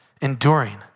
enduring